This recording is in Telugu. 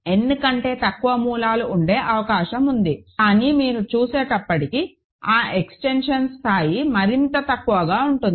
n కంటే తక్కువ మూలాలు ఉండే అవకాశం ఉంది కానీ మీరు చూసేటప్పటికి ఆ ఎక్స్టెన్షన్ స్థాయి మరింత తక్కువగా ఉంటుంది